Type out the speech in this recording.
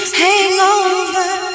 hangover